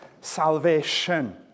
salvation